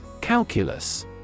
Calculus